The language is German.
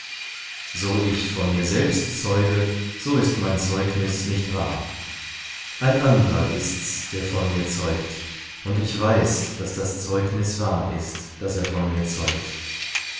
so ich von mir selbst zeuge so ist mein zeugnis nicht wahr ein anderer ist's der von mir zeugt und ich weiß daß das zeugnis wahr ist das er von mir zeugt